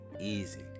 easy